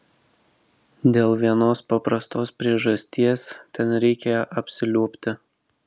dėl vienos paprastos priežasties ten reikia apsiliuobti